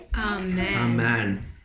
Amen